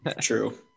True